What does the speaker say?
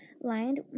lined